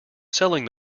selling